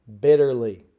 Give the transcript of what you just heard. bitterly